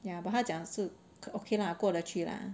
ya but 他讲是 okay lah 过得去 lah